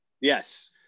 Yes